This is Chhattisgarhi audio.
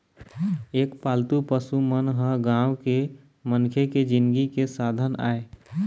ए पालतू पशु मन ह गाँव के मनखे के जिनगी के साधन आय